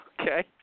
Okay